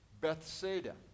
Bethsaida